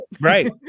right